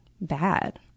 bad